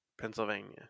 Pennsylvania